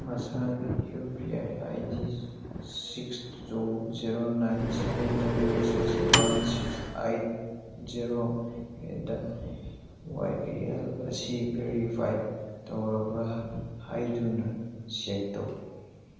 ꯃꯁꯥꯒꯤ U P I I D six two zero nine seven double six one six eight zero at the Y B L ꯑꯁꯤ verified ꯇꯧꯔꯕ꯭ꯔꯥ ꯍꯥꯏꯗꯨꯅ check ꯇꯧ